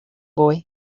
boy